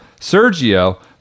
Sergio